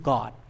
God